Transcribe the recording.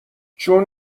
چون